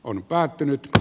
on päättynyt